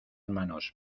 manos